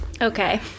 Okay